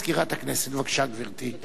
הודעה למזכירת הכנסת, בבקשה, גברתי.